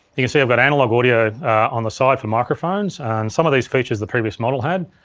you can see i've got analog audio on the side for microphones, and some of these features the previous model had.